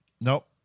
Nope